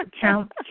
count